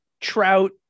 trout